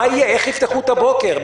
איך יפתחו את הבוקר?